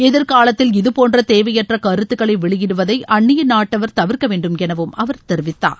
எதிர்காலத்தில் இதுபோன்ற தேவையற்ற கருத்துக்களை வெளியிடுவதை அன்னிய நாட்டவர் தவிர்க்க வேண்டும் என அவர் தெரிவித்தார்